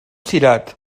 cirat